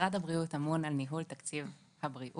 משרד הבריאות אמון על ניהול תקציב הבריאות.